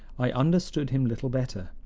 i understood him little better.